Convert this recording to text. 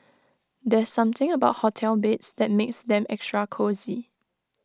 there's something about hotel beds that makes them extra cosy